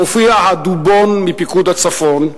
מופיע הדובון מפיקוד הצפון,